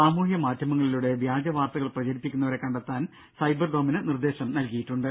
സാമൂഹ്യമാധ്യമങ്ങളിലൂടെ വ്യാജവാർത്തകൾ പ്രചരിപ്പിക്കുന്നവരെ കണ്ടെത്താൻ സൈബർ ഡോമിന് നിർദേശം നൽകിയിട്ടുണ്ട്